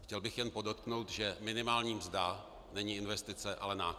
Chtěl bych jen podotknout, že minimální mzda není investice, ale náklad.